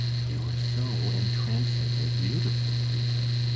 you were so entrancingly beautiful, rita.